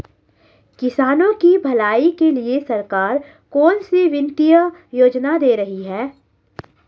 किसानों की भलाई के लिए सरकार कौनसी वित्तीय योजना दे रही है?